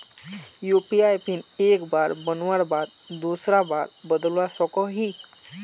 UPI PIN एक बार बनवार बाद दूसरा बार बदलवा सकोहो ही?